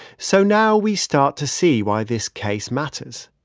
so now we start to see why this case matters.